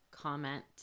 Comment